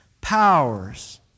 powers